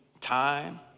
time